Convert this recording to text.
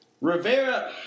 Rivera